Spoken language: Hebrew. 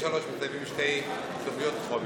2023 מסתיימות שתי תוכניות חומש.